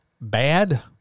bad